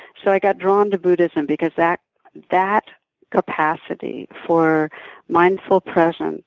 so i got drawn to buddhism because that that capacity for mindful presence